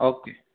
okay